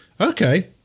okay